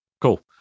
Cool